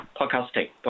podcasting